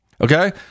Okay